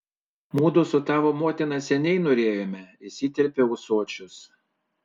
mudu su tavo motina seniai norėjome įsiterpia ūsočius